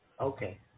Okay